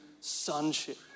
sonship